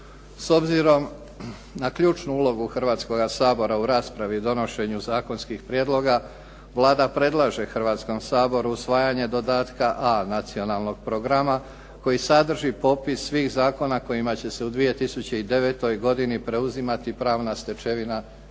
S obzirom na ključnu ulogu Hrvatskoga sabora u raspravi i donošenju zakonskih prijedloga Vlada predlaže Hrvatskome saboru usvajanje dodatka A nacionalnog programa koji sadrži popis svih zakona kojima ćemo se u 2009. preuzimati pravna stečevina Europske